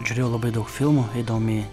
žiūrėjau labai daug filmų įdomiai